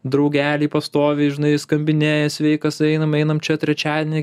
draugeliai pastoviai žinai skambinėja sveikas einam einam čia trečiadienį